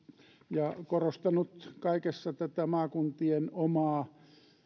ja korostanut kaikessa tätä maakuntien omaa